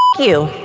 you.